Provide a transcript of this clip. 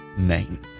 name